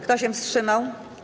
Kto się wstrzymał?